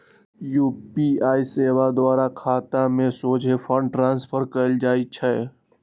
UPI सेवा द्वारा खतामें सोझे फंड ट्रांसफर कएल जा सकइ छै